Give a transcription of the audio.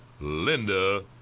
Linda